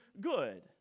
good